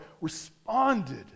responded